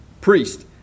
priest